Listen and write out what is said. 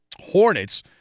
Hornets